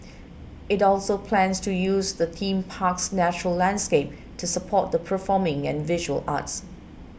it also plans to use the theme park's natural landscape to support the performing and visual arts